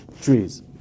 trees